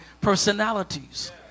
personalities